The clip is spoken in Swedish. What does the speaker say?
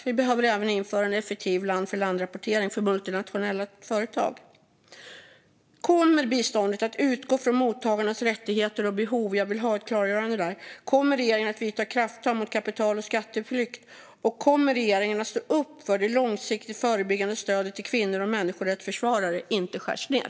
Vi behöver även införa en effektiv land-för-land-rapportering för multinationella företag. Kommer biståndet att utgå från mottagarnas rättigheter och behov? Jag vill ha ett klargörande där. Kommer regeringen att vidta krafttag mot kapital och skatteflykt, och kommer regeringen att stå upp för att det långsiktiga, förebyggande stödet till kvinnor och människorättsförsvarare inte skärs ned?